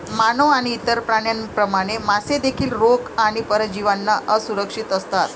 मानव आणि इतर प्राण्यांप्रमाणे, मासे देखील रोग आणि परजीवींना असुरक्षित असतात